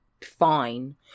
fine